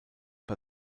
bei